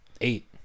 Eight